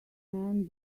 man